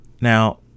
Now